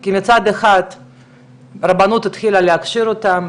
כי מצד אחד הרבנות התחילה להכשיר אותן,